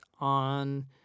on